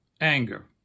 Anger